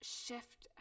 shift